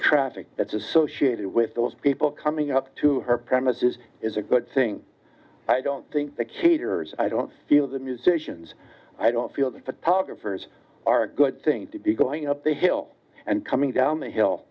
traffic that's associated with those people coming up to her premises is a good thing i don't think the key toure's i don't feel the musicians i don't feel that photographers are a good thing to be going up the hill and coming down the hill